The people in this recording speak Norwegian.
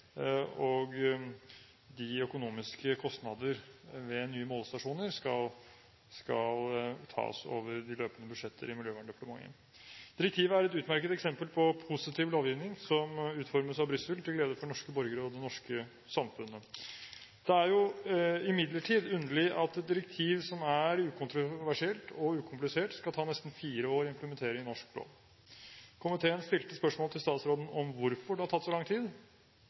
spesielt. De økonomiske kostnader ved nye målestasjoner skal tas over de løpende budsjetter i Miljøverndepartementet. Direktivet er et utmerket eksempel på positiv lovgivning, som utformes av Brussel til glede for norske borgere og det norske samfunnet. Det er imidlertid underlig at et direktiv som er ukontroversielt og ukomplisert, skal ta nesten fire år å implementere i norsk lov. Komiteen stilte spørsmål til statsråden om hvorfor det har tatt så lang tid.